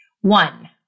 One